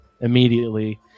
immediately